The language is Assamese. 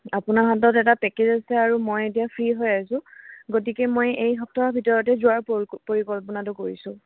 আপোনাৰ হাতত এটা পেকেজ আছে আৰু মই এতিয়া ফ্ৰী হৈ আছো গতিকে মই এই সপ্তাহৰ ভিতৰতে যোৱাৰ পৰি পৰিকল্পনাটো কৰিছো